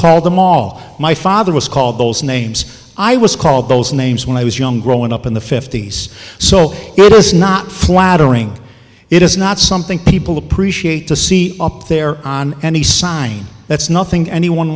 called them all my father call those names i was called those names when i was young growing up in the fifty's so here is not flattering it is not something people appreciate to see up there on any sign that's nothing anyone